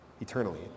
eternally